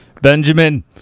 Benjamin